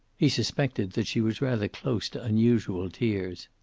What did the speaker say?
he suspected that she was rather close to unusual tears.